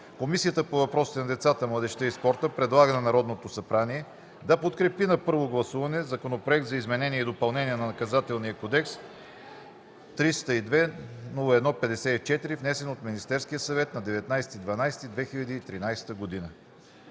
Комисията по въпросите на децата, младежта и спорта предлага на Народното събрание да подкрепи на първо гласуване Законопроект за изменение и допълнение на Наказателния кодекс, № 302-01-54, внесен от Министерския съвет на 19 декември